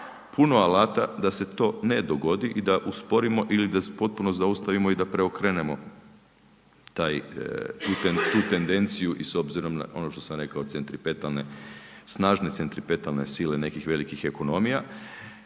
puno alata da se to ne dogodi i da usporimo ili da potpuno zaustavimo i da preokrenemo taj, tu tendenciju i s obzirom na ono što sam rekao, centripetalne, snažne centripetalne sile nekih velikih ekonomija